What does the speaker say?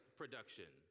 production